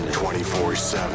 24-7